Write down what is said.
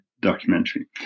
documentary